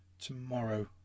tomorrow